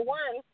one